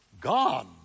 Gone